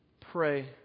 Pray